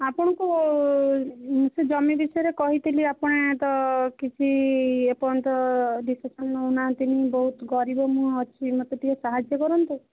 ଆପଣଙ୍କୁ ସେ ଜମି ବିଷୟରେ କହିଥିଲି ଆପଣତ କିଛି ଏପର୍ଯନ୍ତ ଡିସିସନ୍ ନେଉନାହାନ୍ତି ବହୁତ ଗରିବ ମୁଁ ଅଛି ମୋତେ ଟିକିଏ ସାହାଯ୍ୟ କରନ୍ତୁ